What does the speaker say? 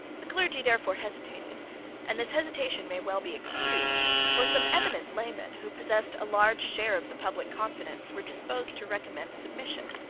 the clergy therefore hesitated and this hesitation may well be excused for some eminent laymen, who possessed a large share of the public confidence, were disposed to recommend submission.